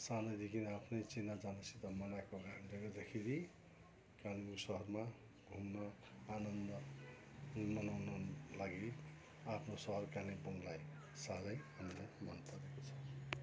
सानोदेखि आफ्नै चिनाजानसित मनाएको कारणले गर्दाखेरि कालिम्पोङ सहरमा घुम्न आनन्द मनाउन लगि आफ्नो सहर कालिम्पोङलाई साह्रै हामलाई मन परेको छ